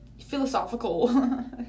philosophical